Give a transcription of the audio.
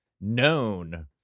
known